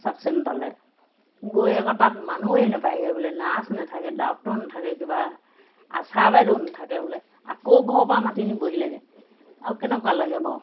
চাব চেণ্টাৰলৈ গৈ আকৌ তাত মানুহে নাপায়গৈ বোলে নাৰ্চ নাথাকে ডক্টৰ নাথাকে কিবা আশা বাইদেউ নাথাকে বোলে আকৌ ঘৰৰ পৰা মাতি নিবহি লাগে আৰু কেনেকুৱা লাগে বাৰু